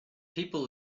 people